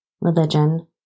religion